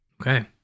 Okay